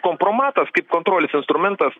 kompromatas kaip kontrolės instrumentas